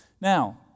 Now